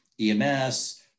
EMS